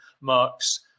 Mark's